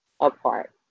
apart